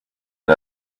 did